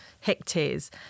hectares